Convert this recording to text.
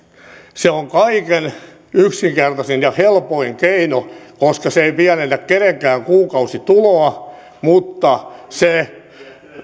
se on kaikkein yksinkertaisin ja helpoin keino koska se ei pienennä kenenkään kuukausituloa mutta se